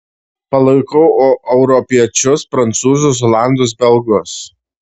palaikau europiečius prancūzus olandus belgus